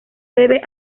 debe